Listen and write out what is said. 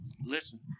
Listen